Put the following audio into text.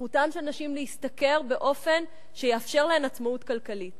זכותן של נשים להשתכר באופן שיאפשר להן עצמאות כלכלית.